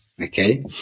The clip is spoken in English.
okay